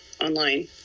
online